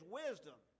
wisdom